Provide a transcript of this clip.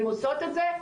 הן עושות את זה,